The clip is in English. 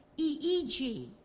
EEG